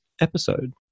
episode